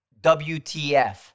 WTF